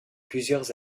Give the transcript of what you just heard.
plusieurs